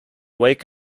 wake